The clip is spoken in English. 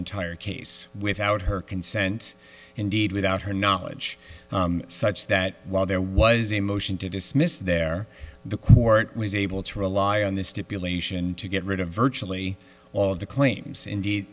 entire case without her consent indeed without her knowledge such that while there was a motion to dismiss there the court was able to rely on the stipulation to get rid of virtually all of the claims indeed